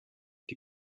die